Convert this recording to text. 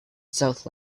south